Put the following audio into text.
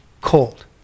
cold